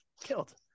Killed